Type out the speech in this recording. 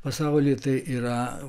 pasaulyje tai yra